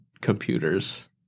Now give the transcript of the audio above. computers